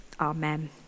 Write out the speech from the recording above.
Amen